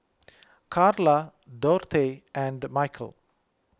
Karla Dorthey and Michal